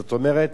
זאת אומרת,